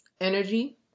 energy